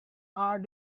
are